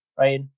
right